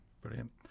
brilliant